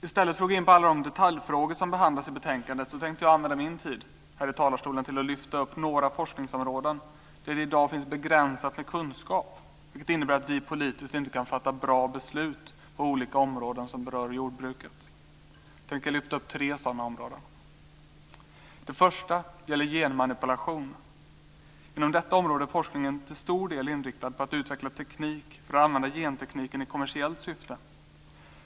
I stället för att gå in på alla de detaljfrågor som behandlas i betänkandet tänkte jag använda min tid i talarstolen till att lyfta fram några forskningsområden där det i dag finns begränsad kunskap. Det innebär att vi politiskt inte kan fatta bra beslut på olika områden som berör jordbruket. Jag tänker lyfta fram tre sådana områden. Det första området gäller genmanipulation. Inom detta område är forskningen till stor del inriktad på att utveckla teknik för att använda gentekniken i kommersiellt syfte.